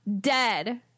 dead